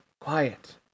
Quiet